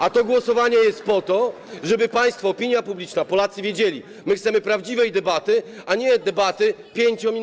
A to głosowanie jest po to, żeby państwo, opinia publiczna, Polacy wiedzieli, że my chcemy prawdziwej debaty, a nie debaty 5-minutowej.